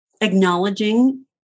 acknowledging